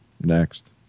next